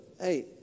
hey